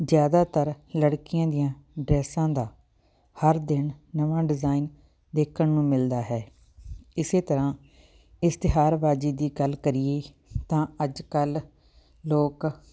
ਜ਼ਿਆਦਾਤਰ ਲੜਕੀਆਂ ਦੀਆਂ ਡਰੈਸਾਂ ਦਾ ਹਰ ਦਿਨ ਨਵਾਂ ਡਿਜ਼ਾਇਨ ਦੇਖਣ ਨੂੰ ਮਿਲਦਾ ਹੈ ਇਸ ਤਰ੍ਹਾਂ ਇਸ਼ਤਿਹਾਬਾਜ਼ੀ ਦੀ ਗੱਲ ਕਰੀਏ ਤਾਂ ਅੱਜ ਕੱਲ੍ਹ ਲੋਕ